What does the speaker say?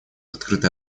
открытое